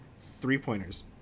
three-pointers